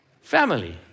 Family